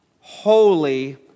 holy